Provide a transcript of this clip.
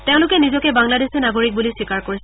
তেওঁলোকে নিজকে বাংলাদেশী নাগৰিক বুলি স্বীকাৰ কৰিছে